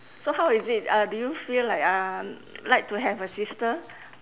so how is it uh do you feel like uh like to have a sister